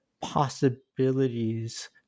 possibilities